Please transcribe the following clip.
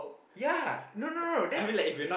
ya no no no that's the thing